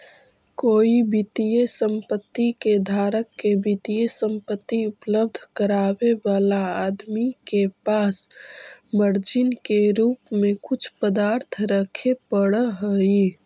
कोई वित्तीय संपत्ति के धारक के वित्तीय संपत्ति उपलब्ध करावे वाला आदमी के पास मार्जिन के रूप में कुछ पदार्थ रखे पड़ऽ हई